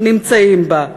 נמצאים בה.